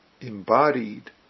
embodied